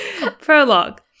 Prologue